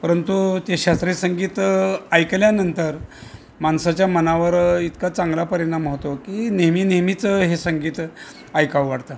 परंतु ते शास्त्रीय संगीत ऐकल्यानंतर माणसाच्या मनावर इतका चांगला परिणाम होतो की नेहमी नेहमीच हे संगीत ऐकावं वाटतं